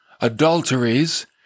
adulteries